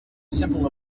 simple